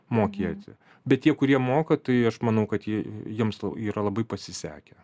mokėti bet tie kurie moka tai aš manau kad jie jiems yra labai pasisekę